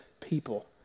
people